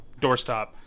doorstop